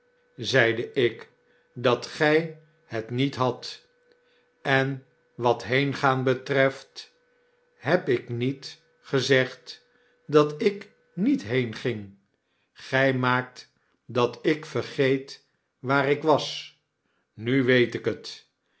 zeide ik dat gy het niet hadt en wat heengaan betreft heb ik niet gezegd dat ik niet heenging gy maakt dat ik vergeet waar ik was nu weet ik het